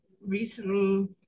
recently